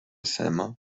cinema